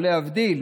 או להבדיל,